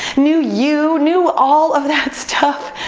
new you, new all of that stuff.